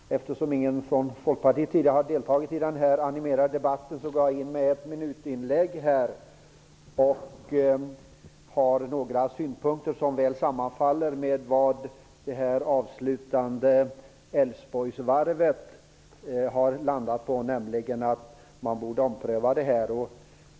Fru talman! Eftersom ingen från Folkpartiet tidigare har deltagit i den här animerade debatten går jag nu in med ett enminutsinlägg. Jag har ett par synpunkter som väl sammanfaller med vad det avslutande Älvsborgsvarvet har landat på, nämligen att förslaget borde omprövas.